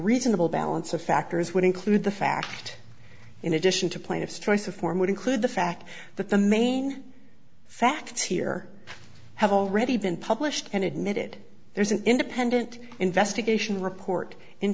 reasonable balance of factors would include the fact in addition to plane of stress a form would include the fact that the main facts here have already been published and admitted there's an independent investigation report in